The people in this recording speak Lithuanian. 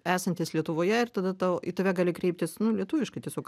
esantis lietuvoje ir tada tau į tave gali kreiptis nu lietuviškai tiesiog